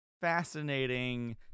fascinating